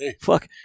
fuck